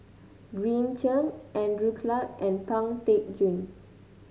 Green Zeng Andrew Clarke and Pang Teck Joon